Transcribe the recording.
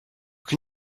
can